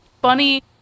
bunny